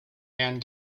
anne